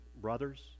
brothers